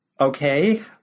okay